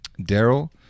Daryl